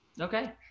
Okay